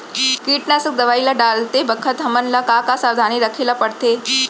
कीटनाशक दवई ल डालते बखत हमन ल का का सावधानी रखें ल पड़थे?